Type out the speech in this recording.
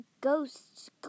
ghosts